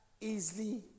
easily